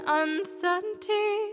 uncertainty